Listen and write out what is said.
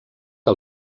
que